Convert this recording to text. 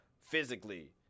physically